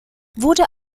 wurde